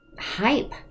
hype